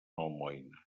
almoina